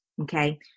okay